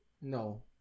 No